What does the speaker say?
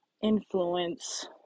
influence